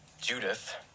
Judith